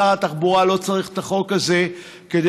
שר התחבורה לא צריך את החוק הזה כדי